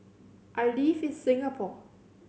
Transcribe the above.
I live in Singapore